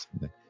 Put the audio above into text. right